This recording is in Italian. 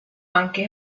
anche